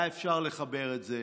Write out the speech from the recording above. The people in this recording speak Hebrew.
היה אפשר לחבר את זה